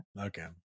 Okay